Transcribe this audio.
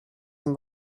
dem